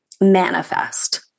manifest